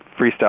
freestyle